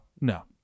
no